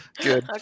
good